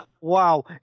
wow